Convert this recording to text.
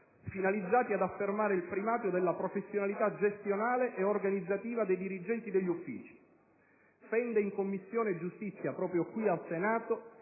finalizzati ad affermare il primato della professionalità gestionale e organizzativa dei dirigenti degli uffici. Pende in Commissione giustizia, proprio qui al Senato,